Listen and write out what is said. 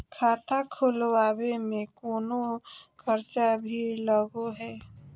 खाता खोलावे में कौनो खर्चा भी लगो है?